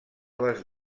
les